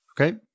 Okay